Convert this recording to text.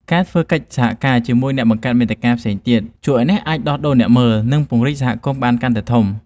ការធ្វើកិច្ចសហការ ជាមួយអ្នកបង្កើតមាតិកាផ្សេងទៀត ជួយឱ្យអ្នកអាចដោះដូរអ្នកមើល និងពង្រីកសហគមន៍បានកាន់តែធំ។